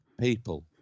people